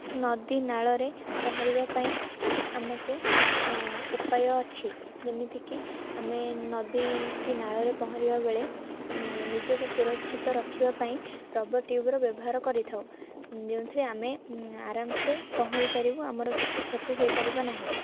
ନଦୀ ନାଳରେ ପହଁରିବା ପାଇଁ ଆମକୁ ଉପାୟ ଅଛି ଯେମିତି କି ଆମେ ନଦୀ କି ନାଳରେ ପହଁରିବା ବେଳେ ନିଜକୁ ସୁରକ୍ଷିତ ରଖିବା ପାଇଁ ରବର ଟ୍ୟୁବ୍ର ବ୍ୟବହାର କରିଥାଉ ଯେଉଁଥିରେ ଆମେ ଆରାମ ସେ ପହଁରିପାରିବୁ ଆମର କିଛି କ୍ଷତି ହୋଇପାରିବ ନାହିଁ